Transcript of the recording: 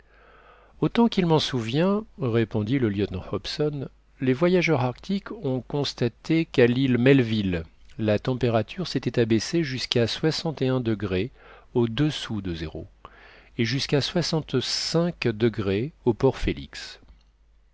autant qu'il m'en souvient répondit le lieutenant hobson les voyageurs arctiques ont constaté qu'à l'île melville la température s'était abaissée jusqu'à soixante et un degrés audessous de zéro et jusqu'à soixante-cinq degrés au port félix